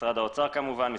משרד האוצר,